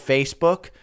Facebook